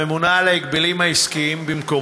לאחר שהראית את הדלת לממונה על ההגבלים העסקיים פרופסור